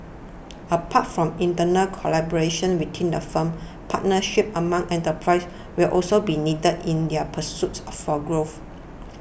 apart from internal collaboration within the firm partnerships among enterprises will also be needed in their pursuit or for growth